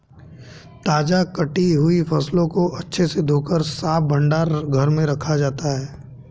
ताजा कटी हुई फसलों को अच्छे से धोकर साफ भंडार घर में रखा जाता है